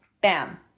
Bam